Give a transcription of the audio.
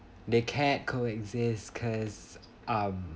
they can't coexists because um